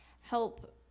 help